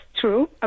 true